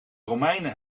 romeinen